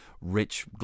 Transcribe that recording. rich